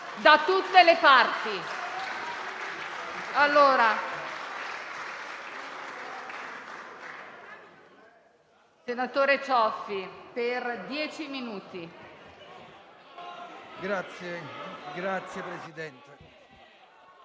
da tutte le parti.